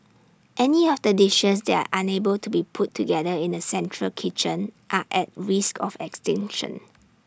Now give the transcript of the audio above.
any of the dishes that are unable to be put together in A central kitchen are at risk of extinction